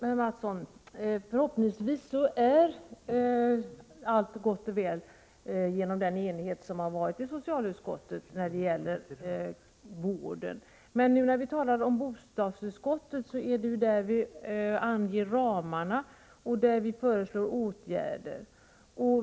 Herr talman! Förhoppningsvis, Kjell Mattsson, är allt gott och väl genom den enighet socialutskottet visat när det gäller vården. Men det är ju i bostadsutskottet vi anger ramarna och föreslår åtgärder.